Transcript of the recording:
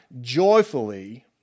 joyfully